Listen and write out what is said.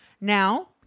Now